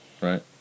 Right